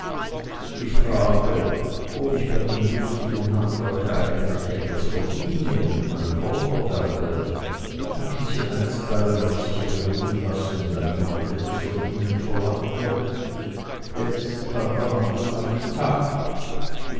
die frage ob ich bei dem lustigen handwerk eigentlich etwas verdiene und mein brot erwerbe hatten sie einstweilen auf sich beruhen lassen da niemand etwas von ihnen verlangte jetzt kam der handel an den tag